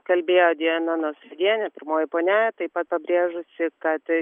kalbėjo diana nausėdienė pirmoji ponia taip pat pabrėžusi kad